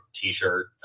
T-shirt